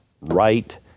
right